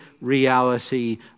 reality